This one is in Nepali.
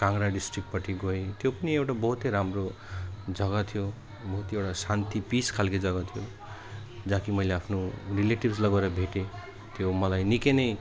काङ्डा डिस्ट्रिक्टपट्टि गयौँ त्यो पनि एउटा बहुत राम्रो जगा थियो बहुत एउटा शान्ति पिस खाले जगा थियो जहाँ कि मैले आफ्नो रिलेटिभ्सलाई गएर भेटेँ त्यो मलाई निकै नै